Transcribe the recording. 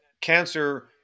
cancer